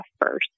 first